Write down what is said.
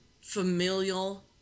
familial